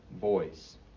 voice